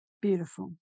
Beautiful